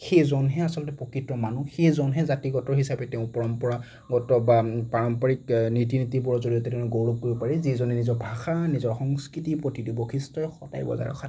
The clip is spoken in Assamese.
সেইজন হে আচলতে প্ৰকৃত মানুহ সেইজনহে জাতিগত হিচাপে তেওঁ পৰম্পৰাগত বা পাৰম্পৰিক ৰীতি নীতিবোৰৰ জৰিয়তে গৌৰৱ কৰিব পাৰি যিজনে নিজৰ ভাষা নিজৰ সংস্কৃতিৰ প্ৰতি বৈশিষ্ট সদায় বজাই ৰখাত